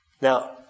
Now